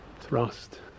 thrust